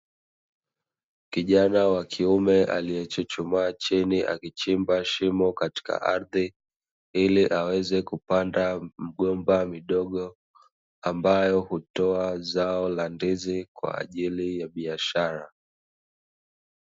Kijana wa kiume aliyechuchumaa chini akichimba shimo katika ardhi ili aweze kupanda mgomba mdogo, ambayo hutoa zao la ndizi kwa ajili ya biashara.